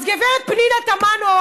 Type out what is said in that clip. אז גברת פנינה תמנו,